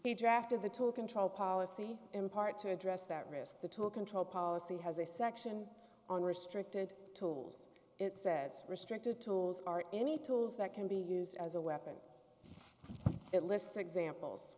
a draft of the tool control policy in part to address that risk the tool control policy has a section on restricted tools it says restricted tools are any tools that can be used as a weapon it lists examples